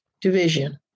division